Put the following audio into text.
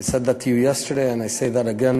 I said that to you yesterday and I say that again.